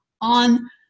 on